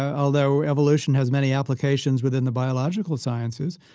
ah although evolution has many applications within the biological sciences,